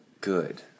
good